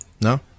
No